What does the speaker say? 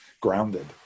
Grounded